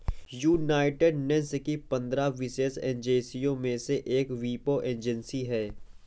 United Nations की पंद्रह विशेष एजेंसियों में से एक वीपो एजेंसी है